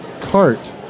cart